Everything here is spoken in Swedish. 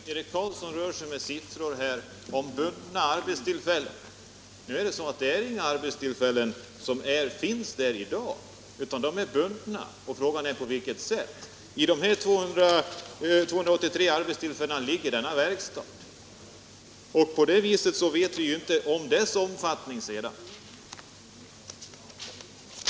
Herr talman! Eric Carlsson rör sig med sifferuppgifter om bundna ar betstillfällen. Det finns alltså inga arbetstillfällen i dag, utan de är bundna. Frågan är då: På vilket sätt? I de 283 arbetstillfällena ligger den nya verkstaden, och vi vet ingenting om dess omfattning.